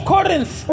Corinth